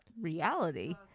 reality